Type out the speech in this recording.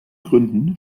gründen